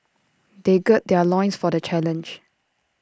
they gird their loins for the challenge